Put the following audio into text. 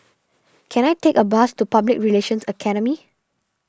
can I take a bus to Public Relations Academy